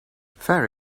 fair